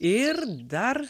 ir dar